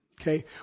Okay